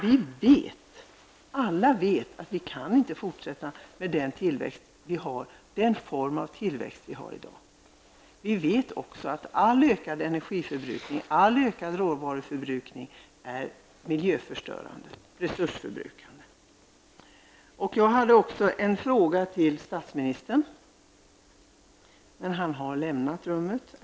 Vi vet alla att vi inte kan fortsätta med den form av tillväxt vi har i dag. Vi vet också att all ökad energi och råvaruförbrukning är miljöförstörande och resursförbrukande. Jag hade också en fråga till statsministern, men han har lämnat rummet.